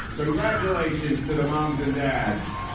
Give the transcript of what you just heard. congratulations to the moms and dads.